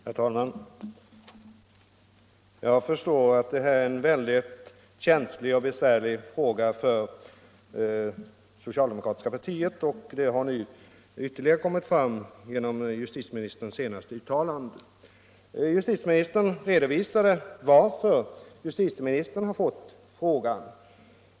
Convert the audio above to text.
Herr talman! Jag förstår att det här är en väldigt känslig och besvärlig fråga för det socialdemokratiska partiet, och det har nu ytterligare kommit fram genom justitieministerns senaste uttalande. Justitieministern redovisade varför han har fått frågan.